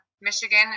Michigan